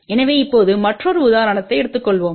எனவே இப்போது மற்றொரு உதாரணத்தை எடுத்துக் கொள்வோம்